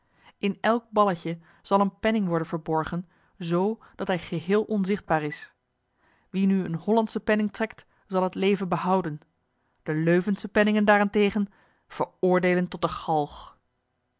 in elk balletje zal een penning worden verborgen z dat hij geheel onzichtbaar is wie nu een hollandschen penning trekt zal het leven behouden de leuvensche penningen daarentegen veroordeelen tot de galg